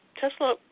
Tesla